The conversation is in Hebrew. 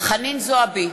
חנין זועבי,